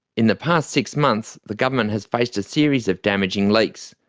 in the past six months the government has faced a series of damaging leaks.